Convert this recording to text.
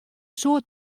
soad